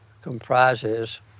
comprises